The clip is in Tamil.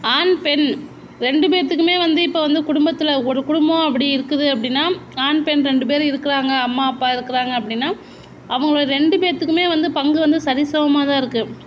ஆண் பெண் ரெண்டு பேத்துக்குமே வந்து இப்போ வந்து குடும்பத்தில் ஒரு குடும்பம் அப்படி இருக்குது அப்படினா ஆண் பெண் ரெண்டு பேரும் இருக்கிறாங்க அம்மா அப்பா இருக்கிறாங்க அப்படினா அவங்க ரெண்டு பேத்துக்குமே வந்து பங்கு வந்து சரி சமமாக தான் இருக்குது